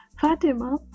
Fatima